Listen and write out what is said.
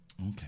Okay